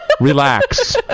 relax